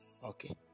okay